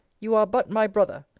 you are but my brother.